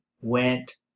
went